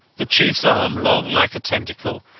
the chiefs arm, long like a tentacle,